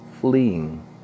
fleeing